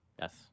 yes